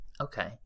Okay